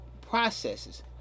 processes